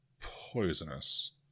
poisonous